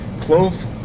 clove